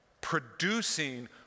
producing